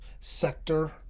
sector